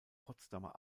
potsdamer